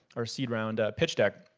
our seed roundup pitch deck.